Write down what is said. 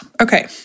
Okay